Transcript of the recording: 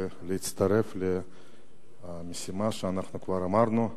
ולהצטרף למשימה שכבר אמרנו,